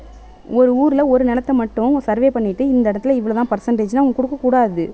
ஒரு ஊரில் ஒரு நிலத்த மட்டும் சர்வே பண்ணிவிட்டு இந்த இடத்தில் இவ்வளோதான் பெர்சென்ட்டேஜுனு அவங்க கொடுக்கக் கூடாது